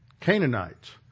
Canaanites